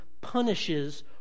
punishes